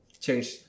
change